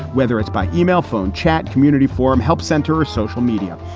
whether it's by yeah e-mail, phone chat, community forum, help center or social media.